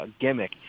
gimmick